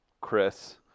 Chris